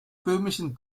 böhmischen